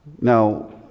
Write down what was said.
Now